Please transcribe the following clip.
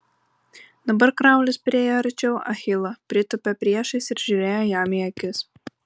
dabar kraulis priėjo arčiau achilo pritūpė priešais ir žiūrėjo jam į akis